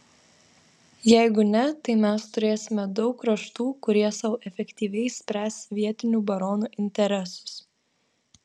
jeigu ne tai mes turėsime daug kraštų kurie sau efektyviai spręs vietinių baronų interesus